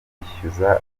bishyuza